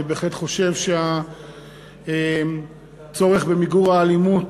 אני בהחלט חושב שהצורך במיגור האלימות